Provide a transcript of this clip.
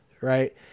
right